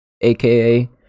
aka